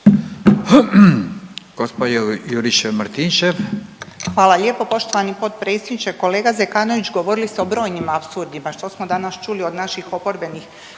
Hvala